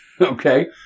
okay